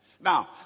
Now